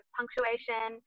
punctuation